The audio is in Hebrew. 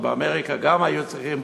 ובאמריקה גם היו צריכים,